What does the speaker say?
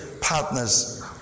partners